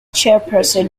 chairperson